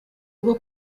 rwo